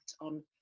on